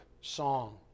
song